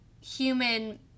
human